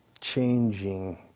changing